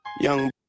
young